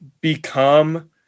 become